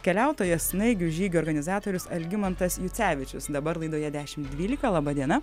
keliautojas snaigių žygio organizatorius algimantas jucevičius dabar laidoje dešimt dvylika laba diena